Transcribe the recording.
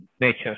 nature